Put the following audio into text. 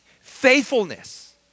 faithfulness